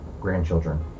grandchildren